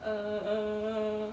err err